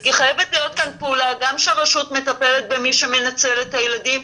כי חייבת להיות כאן פעולה גם שהרשות מטפלת במי שמנצל את הילדים,